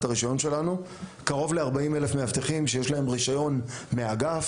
הרישיון שלנו וקרוב ל-40 אלף מאבטחים שיש להם רישיון מהאגף,